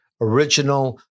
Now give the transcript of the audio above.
Original